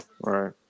right